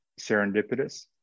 serendipitous